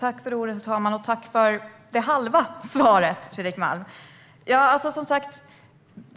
Herr talman! Tack för det halva svaret, Fredrik Malm!